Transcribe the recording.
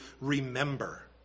remember